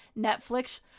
Netflix